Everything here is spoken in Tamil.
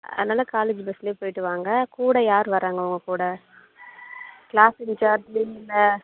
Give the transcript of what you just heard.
அதனால காலேஜ் பஸ்ல போய்விட்டு வாங்க கூட யார் வராங்க உங்கள் கூட கிளாஸ் இன்சார்ஜ் இல்லை